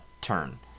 turn